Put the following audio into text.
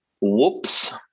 Whoops